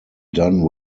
done